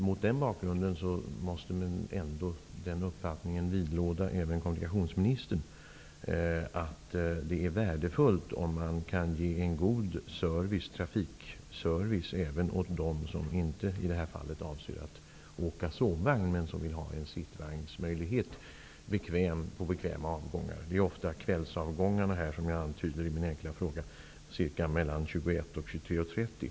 Mot den bakgrunden måste väl ändå också kommunikationsministern vidlåda uppfattningen att en god trafikservice är värdefull även för dem som inte avser att åka sovvagn, men som vill ha möjlighet att åka sittvagn på bekväma avgångar. Jag antyder i min enkla fråga att det ofta rör sig om kvällsavgångarna mellan ca kl. 21.00 och 23.30.